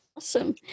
Awesome